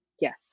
Yes